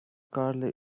carley